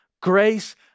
grace